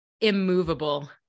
immovable